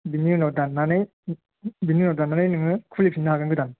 बेनि उनाव दाननानै बेनि उनाव दाननानै नोङो खुलि फिननो हागोन गोदान